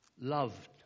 loved